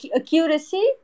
accuracy